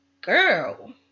girl